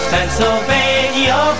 Pennsylvania